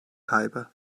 kaybı